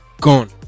gone